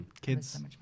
kids